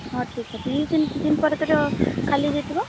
ହଁ ଠିକ୍ ଅଛି ଦୁଇ ତିନି ଦିନ ପରେ ତ ଯେଉଁ ଖାଲି ହୋଇଯାଇଥିବ